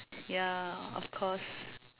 ya of course